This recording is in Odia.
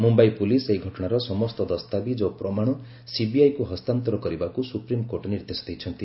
ମୁମ୍ୟାଇ ପୋଲିସ୍ ଏହି ଘଟଣାର ସମସ୍ତ ଦସ୍ତାବିଜ୍ ଓ ପ୍ରମାଣ ସିବିଆଇକୁ ହସ୍ତାନ୍ତର କରିବାକୁ ସୁପ୍ରିମକୋର୍ଟ ନିର୍ଦ୍ଦେଶ ଦେଇଛନ୍ତି